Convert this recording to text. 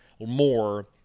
more